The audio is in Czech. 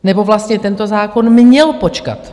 Nebo vlastně tento zákon měl počkat.